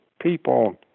people